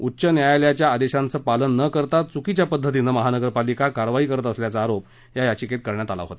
उच्च न्यायालयाच्या आदेशाचं पालन नं करता चुकीच्या पद्धतीनं महापालिका कारवाई करीत असल्याचा आरोप याचिकेत केला होता